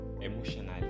emotionally